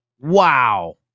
Wow